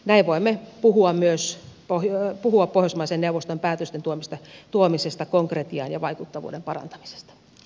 näin voimme puhua myös pohjoismaiden neuvoston päätösten tuomisesta konkretiaan ja vaikuttavuuden parantamisesta